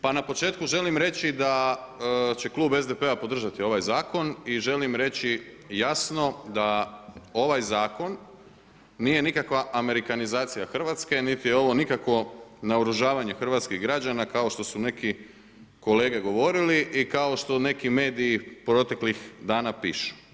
Pa na početku želim reći da će Klub SDP-a podržati ovaj zakon i želim reći jasno da ovaj zakon nije nikakva amerikanizacija Hrvatske, niti je ovo nikakvo naoružavanje hrvatskih građana kao što su neki kolege govorili i kao što neki mediji proteklih dana pišu.